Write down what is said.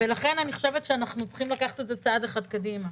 ולכן אני חושבת שאנחנו צריכים לקחת את זה צעד אחד קדימה.